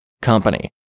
company